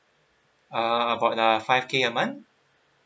uh about the five K a month